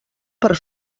per